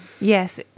Yes